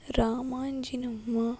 Ramanjinamma